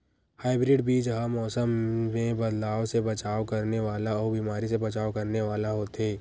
hybrid बीज हा मौसम मे बदलाव से बचाव करने वाला अउ बीमारी से बचाव करने वाला होथे